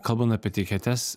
kalban apie etiketes